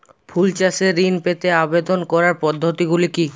ফুল চাষে ঋণ পেতে আবেদন করার পদ্ধতিগুলি কী?